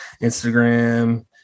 Instagram